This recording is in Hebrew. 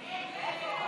ההצעה להעביר